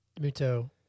Muto